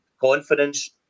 confidence